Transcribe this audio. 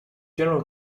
general